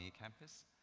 campus